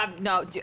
no